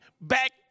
back